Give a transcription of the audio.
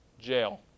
Jail